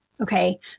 Okay